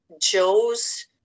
Joe's